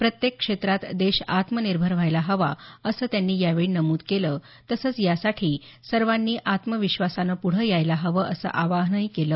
प्रत्येक क्षेत्रात देश आत्मनिर्भर व्हायला हवा असं त्यांनी यावेळी नमुद केलं तसंच यासाठी सर्वांनी आत्मविश्वासानं पुढं यायला हवं असं आवाहनही केलं